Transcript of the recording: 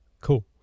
cool